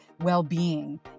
well-being